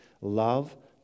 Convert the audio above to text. Love